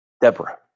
Deborah